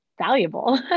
valuable